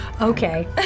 Okay